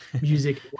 music